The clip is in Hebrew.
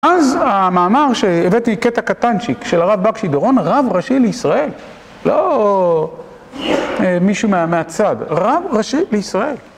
אז המאמר שהבאתי קטע קטנצ'יק של הרב בקשי דורון, רב ראשי לישראל. לא מישהו מהצד, רב ראשי לישראל.